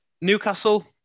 Newcastle